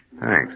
Thanks